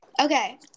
Okay